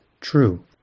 True